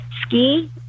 ski